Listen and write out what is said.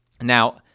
Now